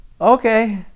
okay